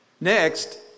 Next